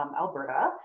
Alberta